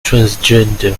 transgender